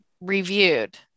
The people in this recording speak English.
reviewed